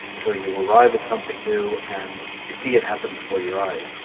till you arrive at something new, and you see it happen before your eyes.